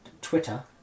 Twitter